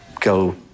go